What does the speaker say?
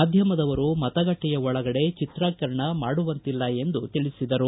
ಮಾಧ್ಯಮದವರು ಮತಗಟ್ಟೆಯ ಒಳಗೆ ಚಿತ್ರೀಕರಣ ಮಾಡುವಂತಿಲ್ಲ ಎಂದು ತಿಳಿಸಿದರು